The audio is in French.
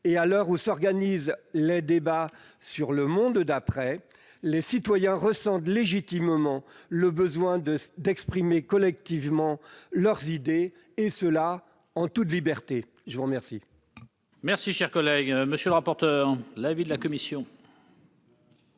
et à l'heure où s'organisent les débats sur le monde d'après, les citoyens ressentent légitimement le besoin d'exprimer collectivement leurs idées, et cela en toute liberté. Quel